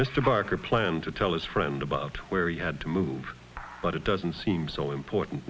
mr barker planned to tell his friend about where he had to move but it doesn't seem so important